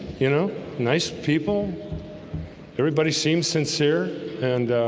you know, nice people everybody seemed sincere and